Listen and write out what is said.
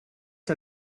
der